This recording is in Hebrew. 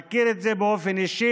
אני מכיר את זה באופן אישי.